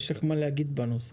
יש לך מה להגיד בנושא.